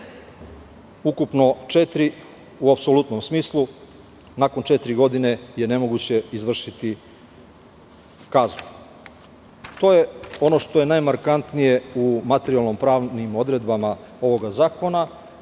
ukupno četiri u apsolutnom smislu. Nakon četiri godine je nemoguće izvršiti kaznu. To je ono što je najmarkantnije u materijalno-pravnim odredbama ovoga zakona. Takođe